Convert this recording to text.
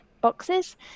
boxes